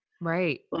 Right